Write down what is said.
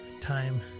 time